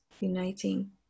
uniting